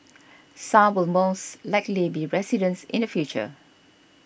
some were most likely be residents in the future